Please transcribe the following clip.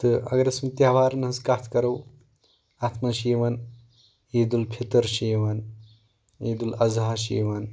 تہٕ اگر أسۍ وُنۍ تہوارن ہٕنٛز کَتھ کرو اَتھ منٛز چھِ یِوان عیدالفطرچھ یِوان عیدالاضحیٰ چھ یِوان